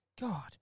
God